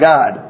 God